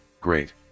Great